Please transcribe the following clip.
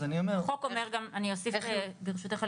אני אוסיף ברשותך,